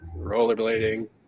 rollerblading